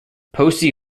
posey